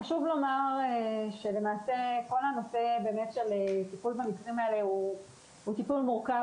חשוב לומר שכל נושא הטיפול במקרים האלה הוא טיפול מורכב,